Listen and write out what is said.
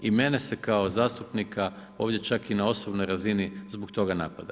I mene se kao zastupnika, ovdje čak i na osobnoj razini zbog toga napada.